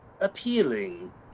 appealing